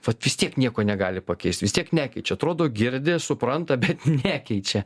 vat vis tiek nieko negali pakeist vis tiek nekeičia atrodo girdi supranta bet nekeičia